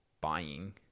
buying